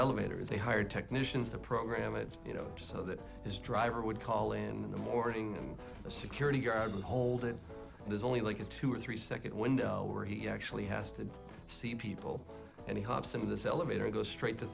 elevator they hired technicians that program it you know so that his driver would call in the morning the security guard would hold it there's only like a two or three second window where he actually has to see people and he hops in this elevator goes straight to